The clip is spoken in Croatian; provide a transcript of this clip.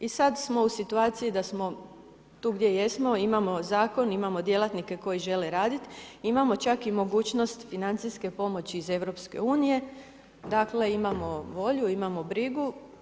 I sad smo u situaciji da smo tu gdje jesmo, imamo Zakon, imamo djelatnike koji žele raditi, imamo čak i mogućnost financijske pomoći iz EU, dakle, imamo volju, imamo brigu.